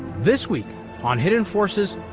this week on hidden forces,